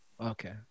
Okay